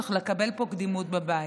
צריך לקבל פה קדימות בבית.